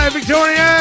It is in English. Victoria